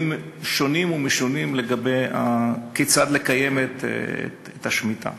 שונים ומשונים לגבי כיצד לקיים את השמיטה,